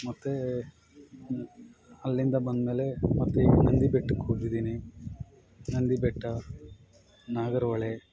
ಮತ್ತೆ ಅಲ್ಲಿಂದ ಬಂದಮೇಲೆ ಮತ್ತೆ ನಂದಿ ಬೆಟ್ಟಕ್ಕೆ ಹೋಗಿದ್ದೀನಿ ನಂದಿ ಬೆಟ್ಟ ನಾಗರಹೊಳೆ